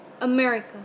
america